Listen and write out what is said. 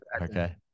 okay